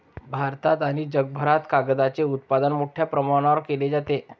भारतात आणि जगभरात कागदाचे उत्पादन मोठ्या प्रमाणावर केले जाते